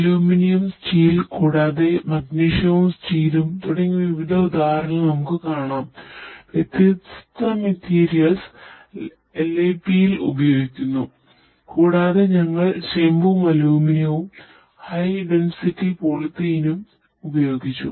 aluminium ഉപയോഗിച്ചു